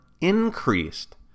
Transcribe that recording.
increased